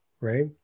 Right